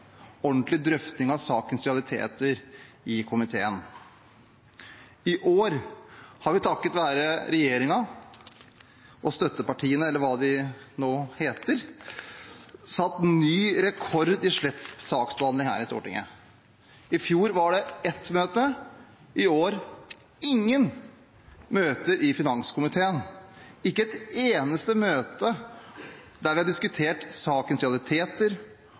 ordentlig drøfting av sakens realiteter i komiteen. I år har vi, takket være regjeringen og støttepartiene, eller hva de nå heter, satt ny rekord i slett saksbehandling her i Stortinget. I fjor var det ett møte, i år ingen møter, i finanskomiteen – ikke ett eneste møte der vi har diskutert sakens realiteter.